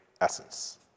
essence